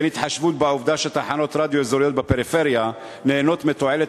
אין התחשבות בעובדה שתחנות רדיו אזוריות בפריפריה נהנות מתועלת